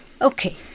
Okay